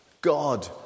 God